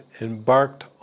embarked